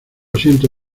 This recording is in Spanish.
siento